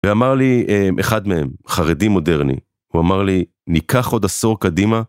ואמר לי אחד מהם, חרדי מודרני, הוא אמר לי, ניקח עוד עשור קדימה.